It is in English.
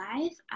life